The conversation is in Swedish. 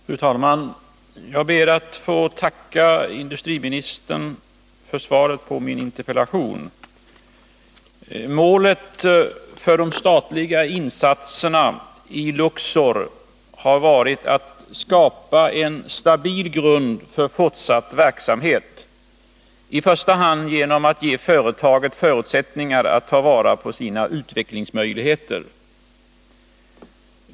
Fru talman! Jag ber att få tacka industriministern för svaret på min interpellation. Målet för de statliga insatserna i Luxor har varit att skapa en stabil grund för fortsatt verksamhet, i första hand genom att ge företaget förutsättningar att ta vara på sina utvecklingsmöjligheter.